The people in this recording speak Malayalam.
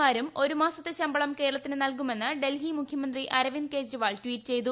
മാരും ഒരു മാസത്തെ ശമ്പളം കേരളത്തിന് നല്കുമെന്ന് ഡൽഹി മുഖ്യമന്ത്രി അരവിന്ദ് കെജ്രിവാൾ ട്വീറ്റ് ചെയ്തു